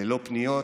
ללא פניות,